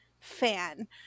fan